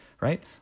right